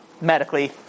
medically